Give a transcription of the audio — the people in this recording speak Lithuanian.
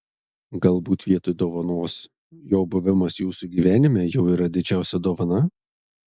galbūt vietoj dovanos jo buvimas jūsų gyvenime jau yra didžiausia dovana